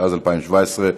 התשע"ז 2017,